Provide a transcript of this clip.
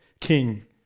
king